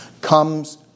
comes